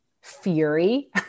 fury